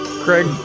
Craig